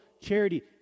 charity